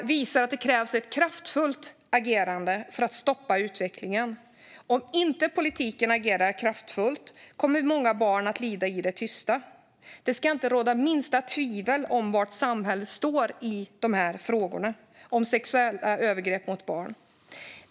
Det visar att det krävs att kraftfullt agerande för att stoppa utvecklingen. Om inte politiken agerar kraftfullt kommer många barn att lida i det tysta. Det ska inte råda minsta tvivel om var samhället står när det gäller sexuella övergrepp mot barn.